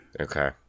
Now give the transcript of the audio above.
Okay